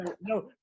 No